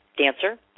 dancer